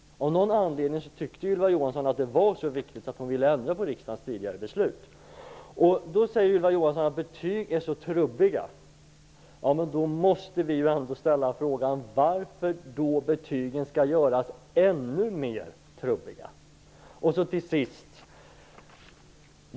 Av någon anledning tyckte Ylva Johansson att det var så viktigt att hon ville ändra på riksdagens tidigare beslut. Ylva Johansson säger att betyg är så trubbiga. Men då måste vi ställa frågan: Varför skall betygen göras ännu mer trubbiga?